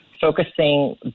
focusing